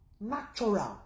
natural